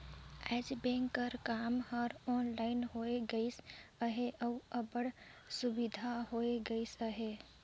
आएज बेंक कर काम हर ऑनलाइन होए गइस अहे अउ अब्बड़ सुबिधा होए गइस अहे